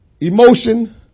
Emotion